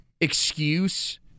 excuse